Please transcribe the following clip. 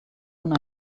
own